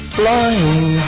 flying